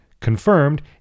confirmed